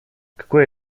какой